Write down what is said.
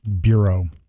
bureau